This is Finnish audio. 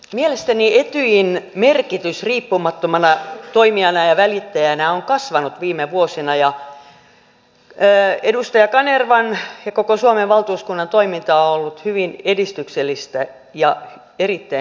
mielestäni etyjin merkitys riippumattomana toimijana ja välittäjänä on kasvanut viime vuosina ja edustaja kanervan ja koko suomen valtuuskunnan toiminta on ollut hyvin edistyksellistä ja erittäin hyvää